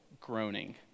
groaning